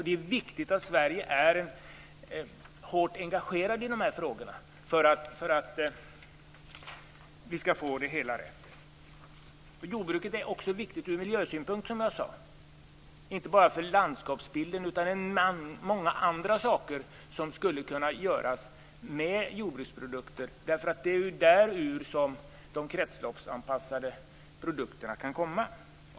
Det är viktigt att Sverige är hårt engagerat i de här frågorna för att det hela skall fungera. Jordbruket är, som jag sade, också viktigt ur miljösynpunkt, inte bara för landskapsbilden. Det finns också mycket annat som skulle kunna göras med jordbruksprodukter, därför att det är ju därur de kretsloppsanpassade produkterna kan komma.